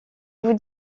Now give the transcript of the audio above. vous